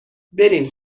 برین